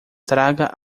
traga